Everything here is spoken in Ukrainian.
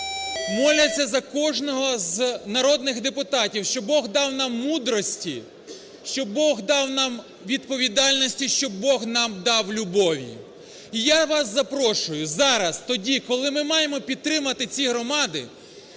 моляться за кожного з народних депутатів, щоб Бог дав нам мудрості, щоб Бог дав нам відповідальності, щоб Бог нам дав любові. І я вас запрошую зараз, тоді, коли ми маємо підтримати ці громади